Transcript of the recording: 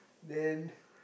then